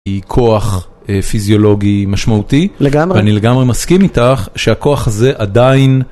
היא כוח פיזיולוגי משמעותי, ואני לגמרי מסכים איתך שהכוח הזה עדיין...